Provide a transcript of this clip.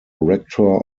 rector